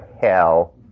hell